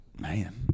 Man